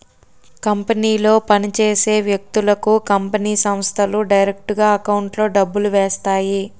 కంపెనీలో పని చేసే వ్యక్తులకు కంపెనీ సంస్థలు డైరెక్టుగా ఎకౌంట్లో డబ్బులు వేస్తాయి